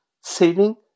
saving